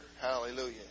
Hallelujah